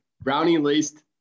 brownie-laced